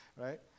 right